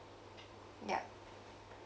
yup